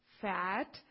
fat